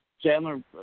Chandler